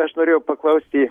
aš norėjau paklausti